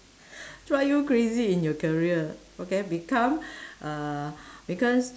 drive you crazy in your career okay become uh because